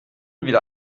wieder